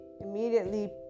immediately